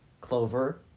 Clover